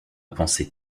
pensée